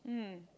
mmhmm